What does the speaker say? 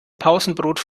pausenbrot